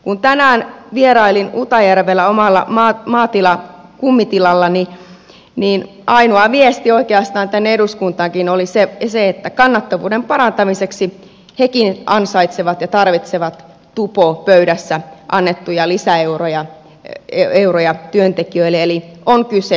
kun tänään vierailin utajärvellä omalla kummitilallani niin oikeastaan ainoa viesti tänne eduskuntaankin oli se että kannattavuuden parantamiseksi hekin ansaitsevat ja tarvitsevat tupopöydässä annettuja lisäeuroja työntekijöille eli on kyse rahasta